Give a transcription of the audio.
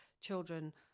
children